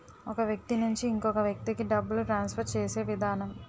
ఒక వ్యక్తి నుంచి ఇంకొక వ్యక్తికి డబ్బులు ట్రాన్స్ఫర్ చేసే విధానం